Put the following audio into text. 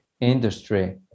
industry